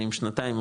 האם שנתיים,